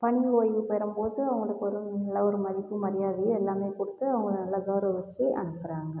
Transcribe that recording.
பணி ஒய்வு பெறும்போது அவங்களுக்கு ஒரு நல்ல ஒரு மதிப்பும் மரியாதையும் எல்லாமே கொடுத்து அவங்களை நல்லா கெளரவிச்சு அனுப்புகிறாங்க